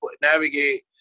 navigate